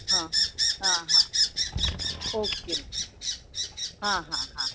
હ હા હા ઓકે ઓકે હા હા હા